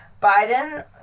Biden